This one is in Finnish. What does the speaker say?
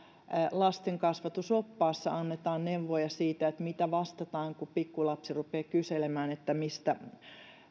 lastenkasvatusoppaassa annetaan neuvoja siitä mitä vastataan kun pikkulapsi rupeaa kyselemään että mistä